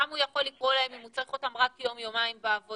גם הוא יכול לקרוא להם אם הוא צריך אותם רק יום יומיים בעבודה.